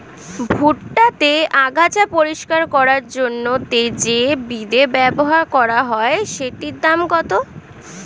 ভুট্টা তে আগাছা পরিষ্কার করার জন্য তে যে বিদে ব্যবহার করা হয় সেটির দাম কত?